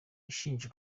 ishinja